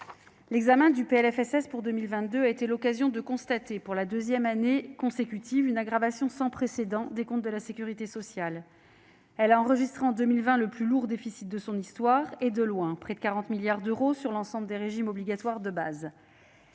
sociale) pour 2022 a été l'occasion de constater, pour la deuxième année consécutive, une aggravation sans précédent des comptes de la sécurité sociale. Celle-ci a enregistré en 2020 le plus lourd- et de loin -déficit de son histoire : il atteint près de 40 milliards d'euros sur l'ensemble des régimes obligatoires de base.